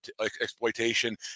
exploitation